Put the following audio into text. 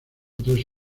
tres